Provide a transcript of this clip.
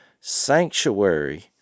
sanctuary